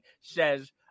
says